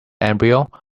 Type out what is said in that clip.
embryo